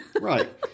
Right